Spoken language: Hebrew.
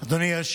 שר נוסף, חמש